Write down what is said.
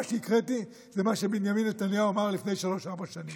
מה שהקראתי זה מה שבנימין נתניהו אמר לפני שלוש או ארבע שנים.